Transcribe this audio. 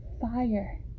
fire